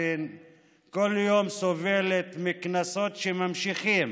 שכל יום סובלת מקנסות שממשיכים